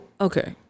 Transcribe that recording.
okay